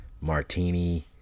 Martini